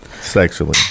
Sexually